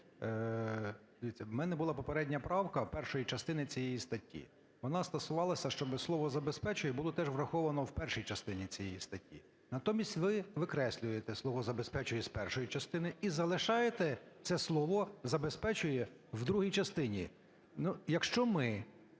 у мене була попередня правка першої частини цієї статті. Вона стосувалася, щоб слово "забезпечує" було теж враховано в першій частині цієї статті. Натомість ви викреслюєте слово "забезпечує" з першої частини і залишаєте це слово "забезпечує" в другій частині.